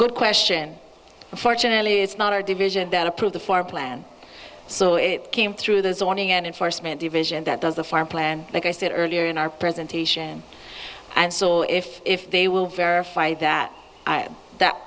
good question unfortunately it's not our division that approve the floor plan so it came through the zoning an enforcement division that does the farm plan like i said earlier in our presentation and so if if they will verify that that